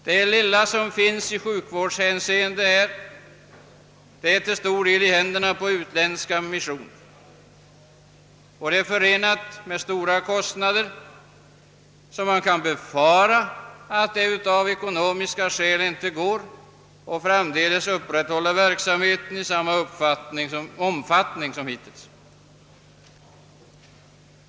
Det lilla som där finns i fråga om sjukvård är till stor del i händerna på den utländska missionen. Denna sjukvård drar emellertid stora kostnader, varför man kan befara att det av ekonomiska skäl inte går att framdeles upprätthålla verksamheten i samma omfattning som hittills.